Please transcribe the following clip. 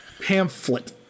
Pamphlet